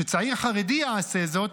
כשצעיר חרדי יעשה זאת,